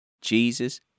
Jesus